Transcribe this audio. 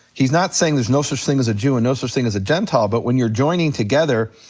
he's not saying there's no such thing as a jew and no such thing as a gentile, but when you're joining together,